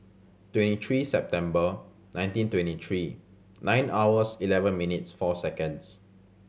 twenty three September nineteen twenty three nine hours eleven minutes four seconds